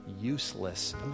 Useless